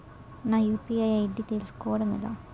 నా UPI ID ని తెలుసుకోవడం ఎలా?